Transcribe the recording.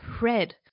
red